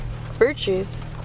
virtues